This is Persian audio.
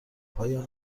پایان